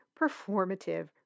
performative